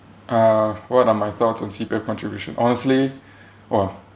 uh what are my thoughts on C_P_F contribution honestly !wah!